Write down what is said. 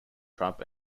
trump